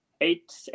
eight